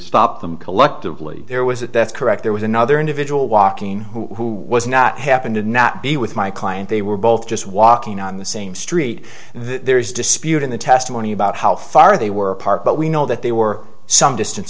stop them collectively there was that that's correct there was another individual walking in who was not happened to not be with my client they were both just walking on the same street there is dispute in the testimony about how far they were apart but we know that they were some distance